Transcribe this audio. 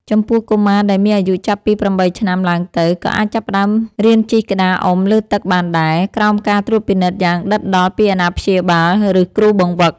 ចំពោះកុមារដែលមានអាយុចាប់ពី ៨ ឆ្នាំឡើងទៅ ក៏អាចចាប់ផ្ដើមរៀនជិះក្តារអុំលើទឹកបានដែរ ក្រោមការត្រួតពិនិត្យយ៉ាងដិតដល់ពីអាណាព្យាបាល ឬគ្រូបង្វឹក។